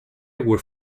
were